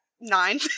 Nine